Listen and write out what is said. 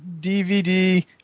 DVD